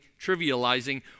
trivializing